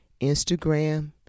Instagram